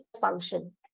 function